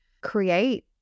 create